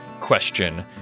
question